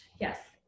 yes